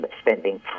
spending